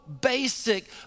basic